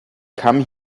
come